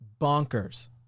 bonkers